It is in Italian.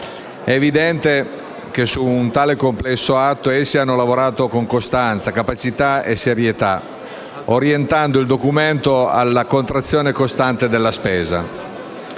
è evidente che su un tale complesso atto essi hanno lavorato con costanza, capacità e serietà, orientando il documento alla contrazione costante della spesa.